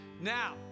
Now